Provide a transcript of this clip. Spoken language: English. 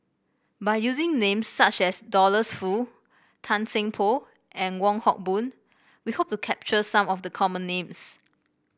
by using names such as Douglas Foo Tan Seng Poh and Wong Hock Boon we hope to capture some of the common names